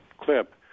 clip